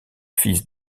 fils